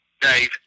Dave